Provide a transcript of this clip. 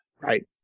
right